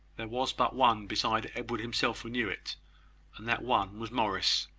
there was but one, beside edward himself, who knew it and that one was morris,